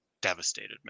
devastated